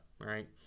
right